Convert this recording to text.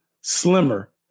slimmer